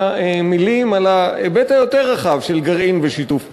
מילים על ההיבט היותר רחב של גרעין ושיתוף פעולה.